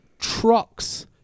trucks